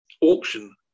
auction